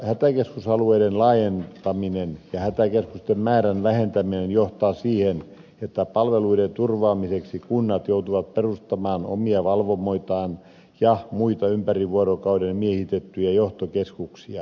hätäkeskusalueiden laajentaminen ja hätäkeskusten määrän vähentäminen johtaa siihen että palveluiden turvaamiseksi kunnat joutuvat perustamaan omia valvomoitaan ja muita ympäri vuorokauden miehitettyjä johtokeskuksia